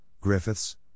Griffiths